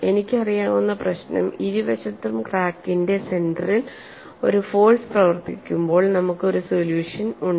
എനിക്ക് അറിയാവുന്ന പ്രശ്നം ഇരുവശത്തും ക്രാക്കിന്റെ സെന്റെറിൽ ഒരു ഫോഴ്സ് പ്രവർത്തിക്കുമ്പോൾ നമുക്ക് ഒരു സൊല്യൂഷൻ ഉണ്ട്